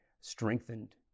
strengthened